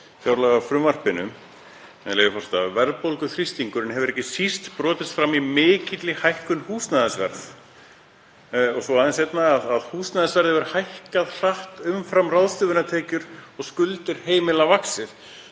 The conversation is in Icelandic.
með leyfi forseta: „Verðbólguþrýstingurinn hefur ekki síst brotist fram í mikilli hækkun húsnæðisverðs.“ Og svo aðeins seinna: „Húsnæðisverð hefur hækkað hratt umfram ráðstöfunartekjur og skuldir heimila vaxið.“